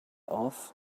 off